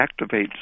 activates